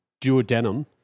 duodenum